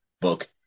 book